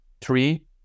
three